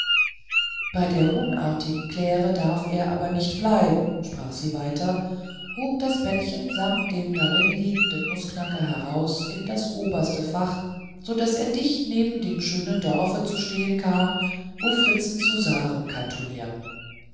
bei der unartigen kläre darf er aber nicht bleiben sprach sie weiter und hob das bettchen samt dem darinne liegenden nußknacker heraus in das obere fach so daß es dicht neben dem schönen dorf zu stehen kam wo fritzens husaren